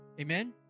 Amen